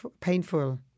painful